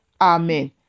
Amen